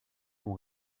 font